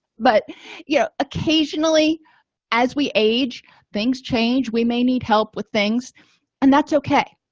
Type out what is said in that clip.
but yeah occasionally as we age things change we may need help with things and that's okay